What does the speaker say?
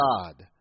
God